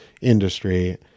industry